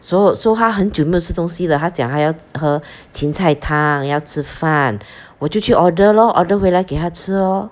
so so 他很久没有吃东西了他讲他要喝芹菜汤要吃饭我就去 order lor order 回来给他吃 lor